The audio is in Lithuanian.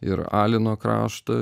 ir alino kraštą